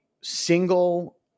single